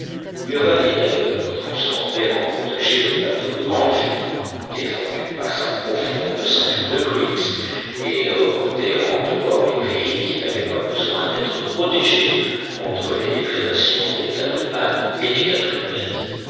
mieux valait d'ailleurs transformer en potager le plateau de grande vue défendu par sa profonde ceinture de creeks et reporter en dehors les prairies qui n'avaient pas besoin d'être protégées contre les déprédations des quadrumanes et des quadrupèdes